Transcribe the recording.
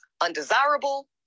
undesirable